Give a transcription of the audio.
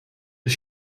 czy